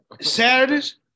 Saturdays